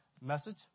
message